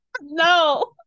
No